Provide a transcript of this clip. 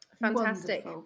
Fantastic